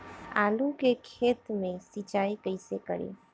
आलू के खेत मे सिचाई कइसे करीं?